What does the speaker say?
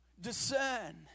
Discern